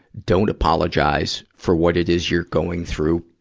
don't apologize for what it is you're going through.